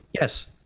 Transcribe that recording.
Yes